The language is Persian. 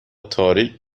تاریک